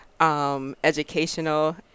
Educational